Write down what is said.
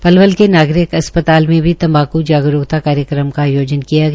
पलवल के नागरिक अस्पताल में भी तम्बाक् जागरूकता कार्यक्रम का आयोजन किया गया